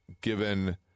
given